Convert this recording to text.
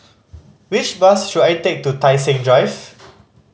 which bus should I take to Tai Seng Drive